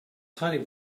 hiding